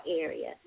area